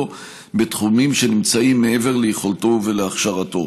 בתחומים שנמצאים מעבר ליכולתו ולהכשרתו.